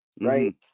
right